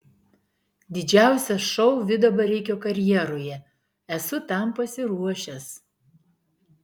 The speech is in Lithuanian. didžiausias šou vido bareikio karjeroje esu tam pasiruošęs